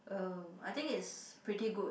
uh I think it's pretty good